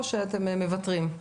או שאתם מוותרים?